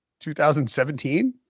2017